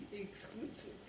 exclusive